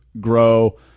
grow